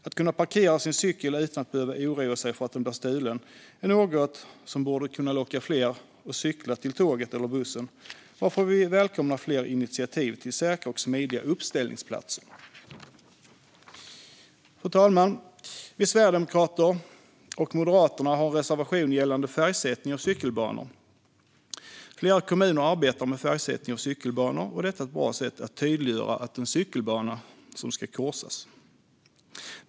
Att kunna parkera sin cykel utan att behöva oroa sig för att den blir stulen är något som borde kunna locka fler att cykla till tåget eller till bussen. Därför välkomnar vi fler initiativ till säkra och smidiga uppställningsplatser. Fru talman! Vi sverigedemokrater och Moderaterna har en reservation gällande färgsättning av cykelbanor. Flera kommuner arbetar med färgsättning av cykelbanor, och detta är ett bra sätt att tydliggöra att det är en cykelbana som ska korsas.